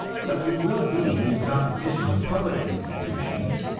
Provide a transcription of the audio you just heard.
but you will be in competition with public institutions,